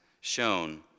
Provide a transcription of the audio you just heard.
shown